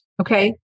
Okay